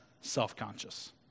self-conscious